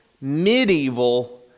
medieval